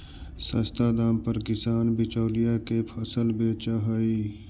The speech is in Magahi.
सस्ता दाम पर किसान बिचौलिया के फसल बेचऽ हइ